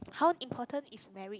how important is marriage